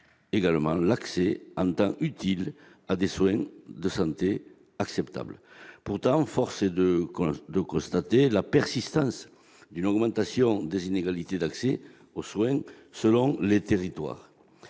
également l'accès en temps utile à des soins de santé acceptables. Pourtant, force est de constater la persistance d'une augmentation des inégalités d'accès aux soins selon les territoires.